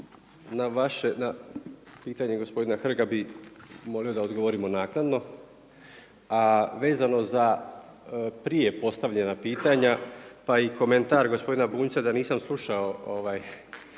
na pitanje gospodina Hrga bi molio da odgovorimo naknadno, a vezano za prije postavljena pitanja pa i komentar gospodina Bunjca da nisam slušao